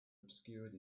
obscured